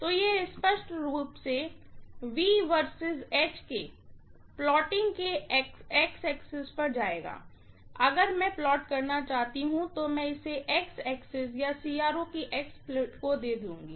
तो यह स्पष्ट रूप से V vs H के प्लॉटिंग के X अक्ष पर जाएगा अगर मैं प्लॉट करना चाहती हूँ तो मैं इसे X अक्ष या CRO की X प्लेट को दे दूंगी